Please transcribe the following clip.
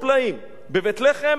בבית-לחם הם נעלמו.